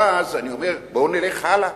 ואז אני אומר, בואו נלך הלאה.